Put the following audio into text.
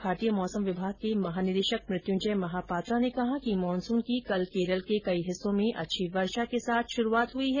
भारतीय मौसम विभाग के महानिदेशक मृत्युंजय महापात्रा ने कहा कि मॉनसून की कल केरल के कई हिस्सों में अच्छी वर्षा के साथ शुरूआत हुई है